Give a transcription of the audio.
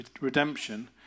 redemption